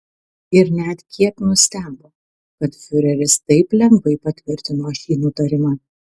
ir net kiek nustebo kad fiureris taip lengvai patvirtino šį nutarimą